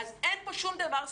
אין כאן שום דבר ספורדי.